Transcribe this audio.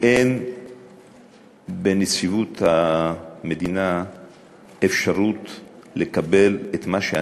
שאין אפשרות לקבל בנציבות שירות המדינה את מה שאני ביקשתי,